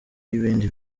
y’ibindi